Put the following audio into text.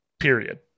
period